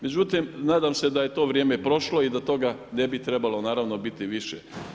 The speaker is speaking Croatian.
Međutim, nadam se da je to vrijeme prošlo i da toga ne bi trebalo naravno biti više.